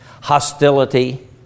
hostility